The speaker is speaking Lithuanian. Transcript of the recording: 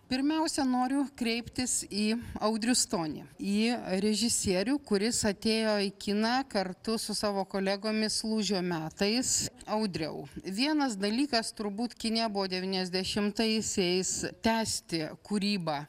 pirmiausia noriu kreiptis į audrių stonį į režisierių kuris atėjo į kiną kartu su savo kolegomis lūžio metais audriau vienas dalykas turbūt kine buvo devyniasdešimtaisiais tęsti kūrybą